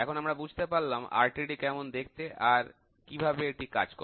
এখন আমরা বুঝতে পারলাম RTD কেমন দেখতে আর কীভাবে এটি কাজ করে